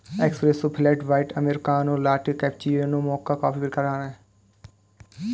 espresso, flat white, americano, latte, cappuccino, mocha coffee के प्रकार हैं